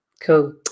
Cool